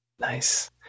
Nice